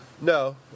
No